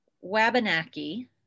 Wabanaki